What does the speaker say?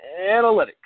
analytics